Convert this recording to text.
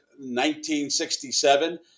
1967